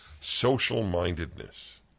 social-mindedness